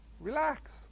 relax